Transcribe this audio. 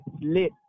lit